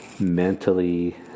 Mentally